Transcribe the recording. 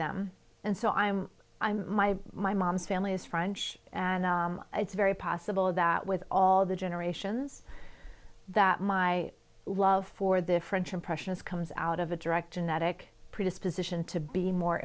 them and so i'm i'm my my mom's family is french and it's very possible that with all the generations that my love for the french impressionist comes out of a director an attic predisposition to be more